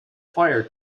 fire